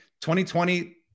2020